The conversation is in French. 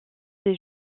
des